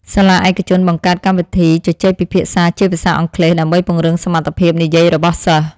សាលាឯកជនបង្កើតកម្មវិធីជជែកពិភាក្សាជាភាសាអង់គ្លេសដើម្បីពង្រឹងសមត្ថភាពនិយាយរបស់សិស្ស។